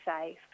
safe